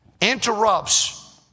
interrupts